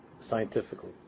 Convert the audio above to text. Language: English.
scientifically